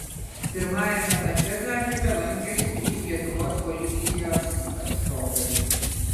pirmajame mače zagrebe lankėsi trys lietuvos policijos atstovai